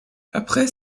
après